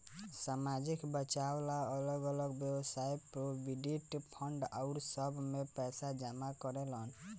सामाजिक बचाव ला अलग अलग वयव्साय प्रोविडेंट फंड आउर सब में पैसा जमा करेलन सन